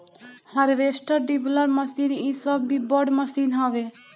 harvester, dibbler machine इ सब भी बड़ मशीन हवे